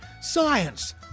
science